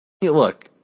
look